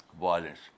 violence